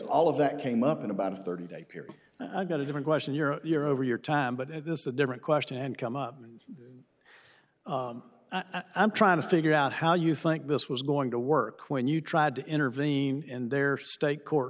all of that came up in about a thirty day period i got a different question you're you're over your time but at this a different question and come up and i'm trying to figure out how you think this was going to work when you tried to intervene in their state court